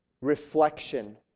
Reflection